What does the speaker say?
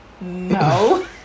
No